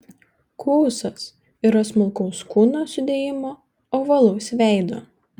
kuusas yra smulkaus kūno sudėjimo ovalaus veido